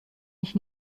ich